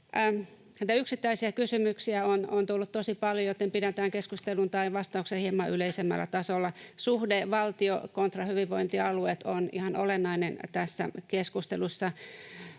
yksittäisiä kysymyksiä on tullut tosi paljon, joten pidän tämän keskustelun tai vastauksen hieman yleisemmällä tasolla. Suhde valtio kontra hyvinvointialueet on ihan olennainen tässä keskustelussa.